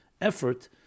effort